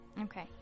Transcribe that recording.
Okay